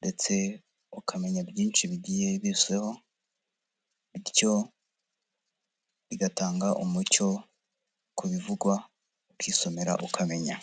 ndetse ukamenya byinshi bigiye biruseho, bityo bigatanga umucyo ku bivugwa ukisomera ukamenya.